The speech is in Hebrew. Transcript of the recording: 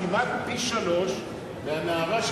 כמעט פי-שלושה מגיל הנערה,